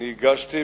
החוק שהגשתי,